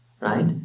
right